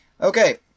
Okay